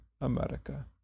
America